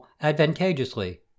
advantageously